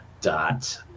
dot